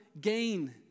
gain